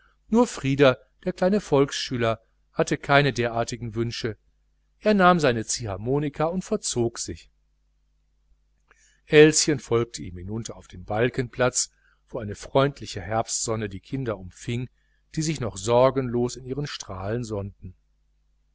nur frieder der kleine volksschüler hatte keine derartigen wünsche er nahm seine ziehharmonika und verzog sich elschen folgte ihm hinunter auf den balkenplatz wo eine freundliche herbstsonne die kinder umfing die sich noch sorgenlos in ihren strahlen sonnen